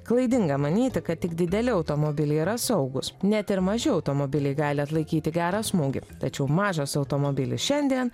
klaidinga manyti kad tik dideli automobiliai yra saugūs net ir maži automobiliai gali atlaikyti gerą smūgį tačiau mažas automobilis šiandien